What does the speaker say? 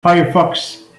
firefox